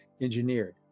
engineered